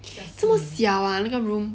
这么小 ah 那个 room